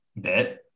bit